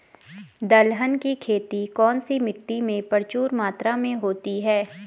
दलहन की खेती कौन सी मिट्टी में प्रचुर मात्रा में होती है?